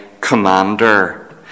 commander